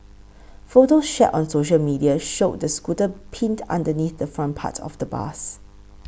photos shared on social media showed the scooter pinned underneath the front part of the bus